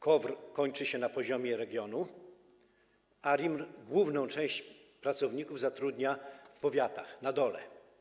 KOWR kończy się na poziomie regionu, ARiMR główną część pracowników zatrudnia w powiatach, na dole.